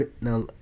now